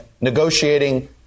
negotiating